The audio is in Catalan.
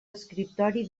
escriptori